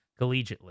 collegiately